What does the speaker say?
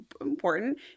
important